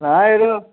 नां यरो